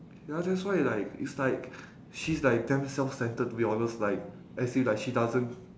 ya that's why like it's like she's like damn self-centred to be honest like as in like she doesn't